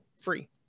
free